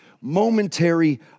momentary